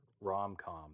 rom-com